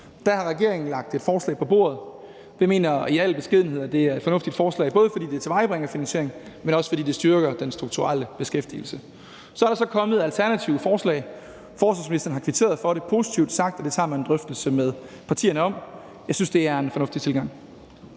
Der har regeringen lagt et forslag på bordet, og vi mener i al beskedenhed, at det er et fornuftigt forslag, både fordi det tilvejebringer finansiering, men også fordi det styrker den strukturelle beskæftigelse. Så er der så kommet alternative forslag. Forsvarsministeren har kvitteret for dem og har positivt sagt, at det tager man en drøftelse med partierne om. Jeg synes, det er en fornuftig tilgang.